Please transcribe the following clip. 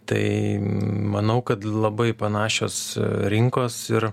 tai manau kad labai panašios rinkos ir